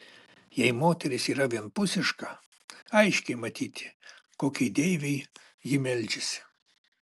jei moteris yra vienpusiška aiškiai matyti kokiai deivei ji meldžiasi